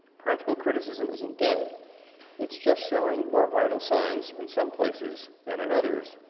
practical criticism isn't dead it's just showing more vital signs in some places than and others,